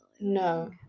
no